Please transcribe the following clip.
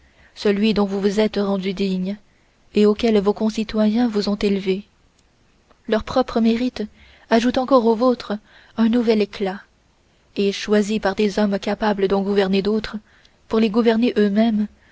celui dont vous vous êtes rendus dignes et auquel vos concitoyens vous ont élevés leur propre mérite ajoute encore au vôtre un nouvel éclat et choisis par des hommes capables d'en gouverner d'autres pour les gouverner eux-mêmes